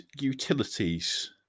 Utilities